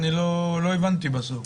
לא הבנתי בסוף.